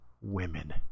women